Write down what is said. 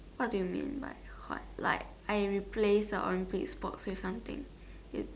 what do you mean by sport like I replace a Olympics sport or something you